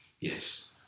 Yes